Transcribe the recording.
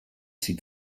sieht